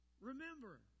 Remember